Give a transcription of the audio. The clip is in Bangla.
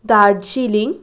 দার্জিলিং